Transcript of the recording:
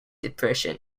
depression